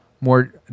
more